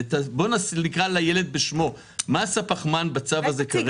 בואו נקרא לילד בשמו: מס הפחמן בצו הזה כרגע